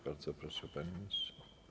Bardzo proszę, panie ministrze.